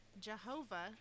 Jehovah